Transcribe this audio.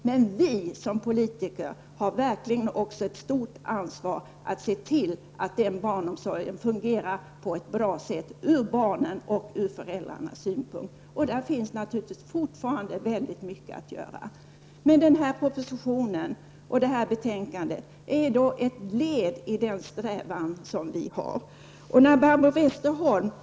Men också vi politiker har verkligen ett stort ansvar att se till att barnomsorgen fungerar på ett bra sätt sett från barnens och föräldrarnas synpunkt. Det finns naturligtvis fortfarande mycket att göra, men propositionen och det här betänkandet är ett led i den strävan som vi har.